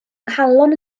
nghalon